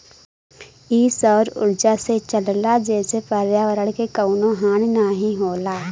इ सौर उर्जा से चलला जेसे पर्यावरण के कउनो हानि नाही होला